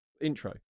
intro